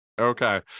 Okay